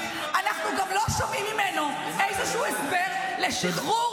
אנחנו גם לא שומעים ממנו איזשהו הסבר לשחרור